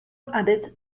added